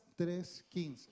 3.15